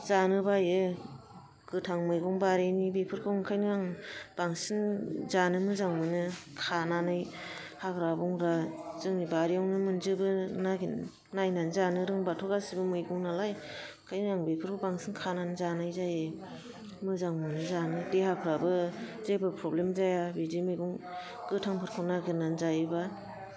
जानो बायो गोथां मैंग बारिनि बेफोरखौ ओंखायनो आं बांसिन जानो मोजां मोनो खानानै हाग्रा बंग्रा जोंनि बारियावनो मोनजोबो नागिर नायनानै जानो रोंबाथ' गासिबो मैगं नालाय ओंखायनो आं बेखौ बांसिन खानानै जानाय जायो मोजां मोनो जानो देहाफ्राबो जेबो प्रब्लेम जाया बिदि मैगं गोथांफोरखौ नागिरनानै जायोबा